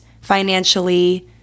financially